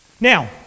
Now